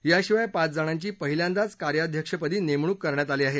याशिवाय पाच जणांची पहिल्यांदाच कार्याध्यक्षपदी नेमणूक करण्यात आली आहे